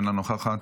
אינה נוכחת,